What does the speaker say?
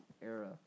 era